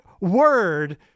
word